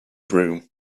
broom